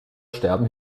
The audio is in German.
sterben